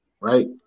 right